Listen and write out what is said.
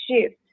shift